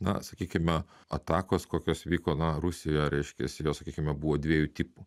na sakykime atakos kokios vyko na rusijoje reiškiasi jos sakykime buvo dviejų tipų